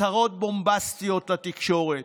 הצהרות בומבסטיות לתקשורת,